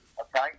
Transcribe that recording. Okay